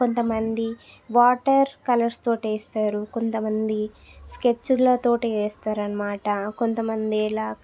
కొంత మంది వాటర్ కలర్స్తోటి వేస్తారు కొంత మంది స్కెచ్లతోటి వేస్తారు అన్నమాట కొంత మంది ఎలా